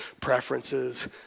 preferences